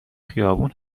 خیابون